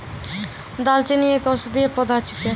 दालचीनी एक औषधीय पौधा छिकै